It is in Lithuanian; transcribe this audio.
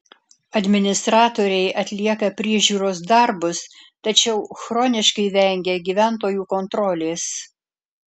administratoriai atlieka priežiūros darbus tačiau chroniškai vengia gyventojų kontrolės